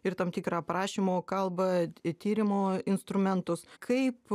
ir tam tikrą aprašymo kalbą tyrimų instrumentus kaip